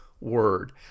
Word